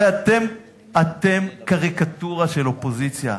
הרי אתם קריקטורה של אופוזיציה.